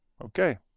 Okay